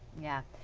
yeah.